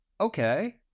okay